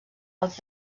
els